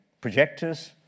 projectors